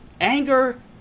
Anger